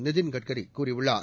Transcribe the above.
நிதின் கட்கரி கூறியுள்ளார்